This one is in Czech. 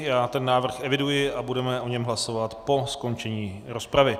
Já ten návrh eviduji a budeme o něm hlasovat po skončení rozpravy.